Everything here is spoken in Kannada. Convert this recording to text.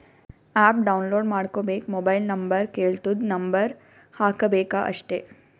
ಆ್ಯಪ್ ಡೌನ್ಲೋಡ್ ಮಾಡ್ಕೋಬೇಕ್ ಮೊಬೈಲ್ ನಂಬರ್ ಕೆಳ್ತುದ್ ನಂಬರ್ ಹಾಕಬೇಕ ಅಷ್ಟೇ